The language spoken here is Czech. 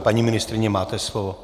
Paní ministryně, máte slovo.